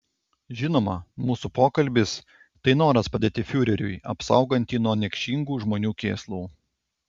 žinoma mūsų pokalbis tai noras padėti fiureriui apsaugant jį nuo niekšingų žmonių kėslų